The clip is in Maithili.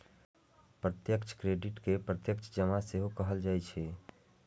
प्रत्यक्ष क्रेडिट कें प्रत्यक्ष जमा सेहो कहल जाइ छै